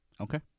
Okay